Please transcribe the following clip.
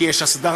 כי יש הסדרה,